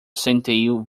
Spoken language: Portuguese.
centeio